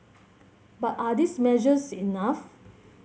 but are these measures enough